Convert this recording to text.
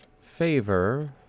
favor